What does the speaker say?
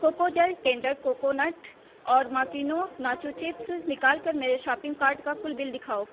Cocojal tender coconut اور ماکینو nacho chips نکال کر میرے شاپنگ کارٹ کا کل بل دکھاؤ